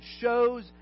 shows